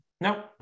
No